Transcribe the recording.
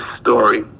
story